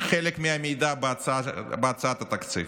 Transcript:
חלק מהמידע בהצעת התקציב.